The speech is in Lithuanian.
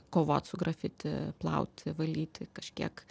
kovot su grafiti plauti valyti kažkiek